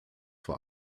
vor